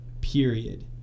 period